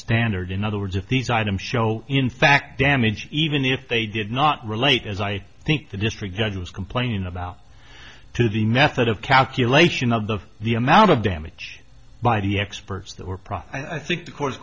standard in other words if these items show in fact damage even if they did not relate as i think the district judge was complaining about to the method of calculation of the the amount of damage by the experts that were profit i think the course